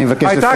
אני מבקש לסיים.